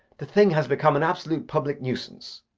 the thing has become an absolute public nuisance.